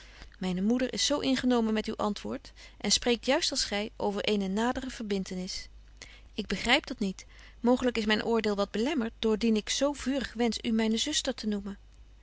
myne moeder is zo ingenomen met uw antwoord en spreekt juist als gy over eene nadere verbintenis ik begryp dat niet mooglyk is myn oordeel wat belemmert door dien ik zo vurig wensch u myne zuster te noemen